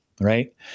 right